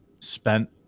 spent